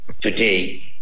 today